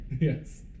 Yes